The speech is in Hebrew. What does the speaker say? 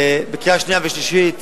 לקריאה שנייה ושלישית